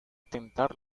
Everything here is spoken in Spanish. tentar